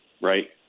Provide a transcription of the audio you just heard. Right